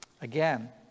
Again